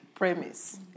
Premise